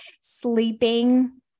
sleeping